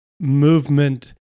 Movement